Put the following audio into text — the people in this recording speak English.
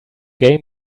game